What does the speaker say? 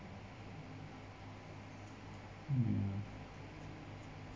ya